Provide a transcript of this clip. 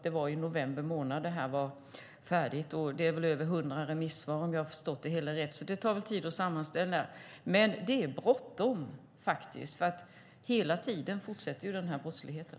Det var väl i november månad, och det är väl över hundra remissvar om jag förstått det hela rätt, så de tar väl tid att sammanställa. Men det är bråttom för den här brottsligheten pågår hela tiden.